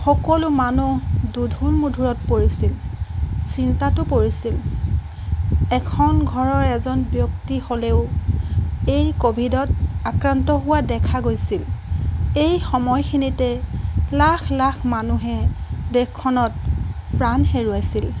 সকলো মানুহ দোধোৰ মোধোৰত পৰিছিল চিন্তাতো পৰিছিল এখন ঘৰৰ এজন ব্যক্তি হ'লেও এই ক'ভিডত আক্ৰান্ত হোৱা দেখা গৈছিল এই সময়খিনিতে লাখ লাখ মানুহে দেশখনত প্ৰাণ হেৰুৱাইছিল